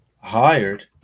hired